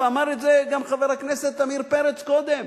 ואמר את זה גם חבר הכנסת עמיר פרץ קודם: